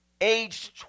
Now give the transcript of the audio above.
aged